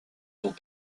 dont